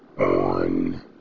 on